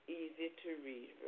easy-to-read